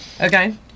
Okay